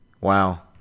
Wow